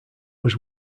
was